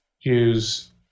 use